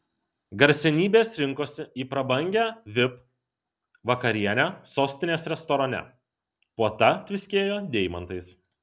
garsenybės rinkosi į prabangią vip vakarienę sostinės restorane puota tviskėjo deimantais